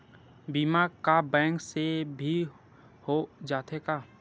बीमा का बैंक से भी हो जाथे का?